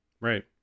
Right